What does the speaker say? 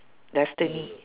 destiny